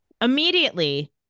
Immediately